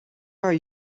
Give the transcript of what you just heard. are